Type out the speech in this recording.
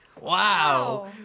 Wow